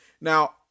Now